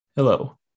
Hello